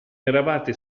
eravate